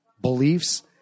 beliefs